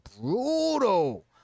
brutal